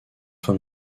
fin